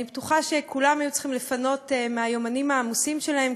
אני בטוחה שכולם היו צריכים לפנות מהיומנים העמוסים שלהם,